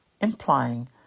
implying